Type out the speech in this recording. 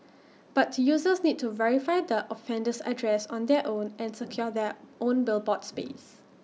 but users need to verify the offender's address on their own and secure their own billboard space